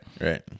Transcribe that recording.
Right